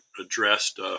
addressed